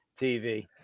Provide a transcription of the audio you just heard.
TV